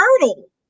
hurdle